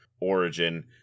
origin